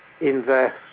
invest